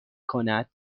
کند